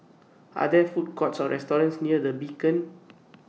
Are There Food Courts Or restaurants near The Beacon